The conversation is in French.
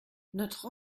notre